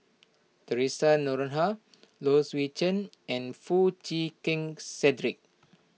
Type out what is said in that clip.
theresa Noronha Low Swee Chen and Foo Chee Keng Cedric